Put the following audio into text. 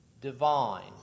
divine